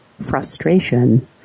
frustration